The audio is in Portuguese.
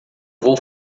vou